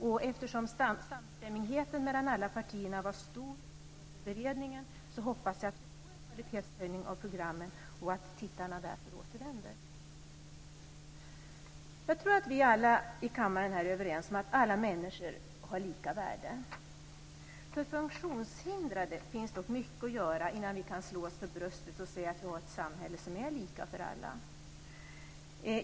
Och eftersom samstämmigheten mellan alla partier var stor under beredningen, så hoppas jag att vi får en kvalitetshöjning av programmen och att tittarna därför återvänder. Jag tror att vi alla här i kammaren är överens om att alla människor har lika värde. För funktionshindrade finns dock mycket att göra innan vi kan slå oss för bröstet och säga att vi har ett samhälle som är lika för alla.